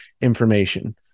information